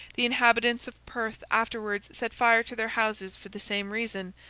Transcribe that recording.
the inhabitants of perth afterwards set fire to their houses for the same reason,